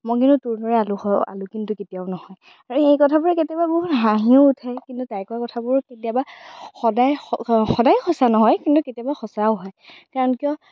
মই কিন্তু তোৰদৰে আলু হ আলু কিন্তু কেতিয়াও নহয় আৰু সেই কথাবোৰে কেতিয়াবা বহুত হাঁহিও উঠে কিন্তু তাই কোৱা কথাবোৰো কেতিয়াবা সদায় সদায় সঁচা নহয় কিন্তু কেতিয়াবা সঁচাও হয় কাৰণ কিয়